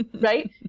right